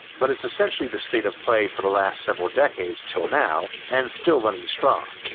but it's essentially the state of play for the last several decades till now and still running strong.